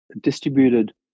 distributed